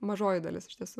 mažoji dalis iš tiesų